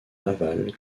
navale